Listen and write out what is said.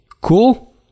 Cool